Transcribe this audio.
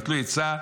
נטלו עצה,